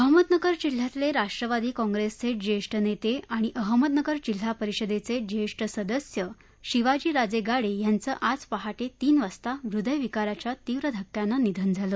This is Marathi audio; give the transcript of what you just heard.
अहमदनगर जिल्ह्यातले राष्ट्रवादी काँग्रेसचे ज्येष्ठ नेते आणि अहमदनगर जिल्हा परिषदेचे ज्येष्ठ सदस्य शिवाजीराजे गाडे यांचं आज पहाटे तीन वाजता हृदयविकाराच्या तीव्र धक्क्यानं निधन झालं